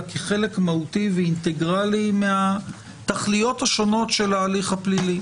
אלא כחלק מהותי ואינטגרלי מהתכליות השונות של ההליך הפלילי